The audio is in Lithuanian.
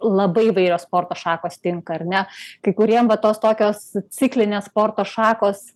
labai įvairios sporto šakos tinka ar ne kai kuriem va tos tokios ciklinės sporto šakos